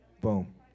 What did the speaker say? Boom